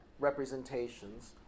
representations